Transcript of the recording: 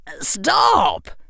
Stop